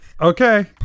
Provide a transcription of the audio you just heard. Okay